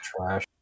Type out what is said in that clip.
trash